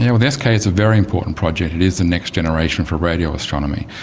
yeah the ska is a very important project, it is the next generation for radio astronomy.